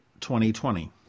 2020